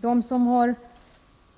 De som